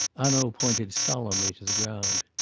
hanaud pointed solemnly to the ground.